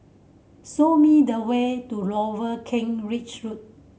show me the way to Lower Kent Ridge Road